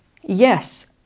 Yes